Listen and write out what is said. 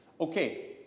Okay